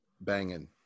banging